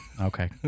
Okay